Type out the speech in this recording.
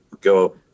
go